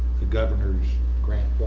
governor's grant